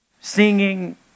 singing